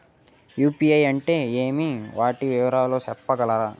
UPI అంటే ఏమి? వాటి వివరాలు సెప్పగలరా?